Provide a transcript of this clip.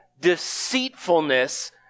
deceitfulness